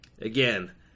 again